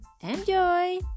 Enjoy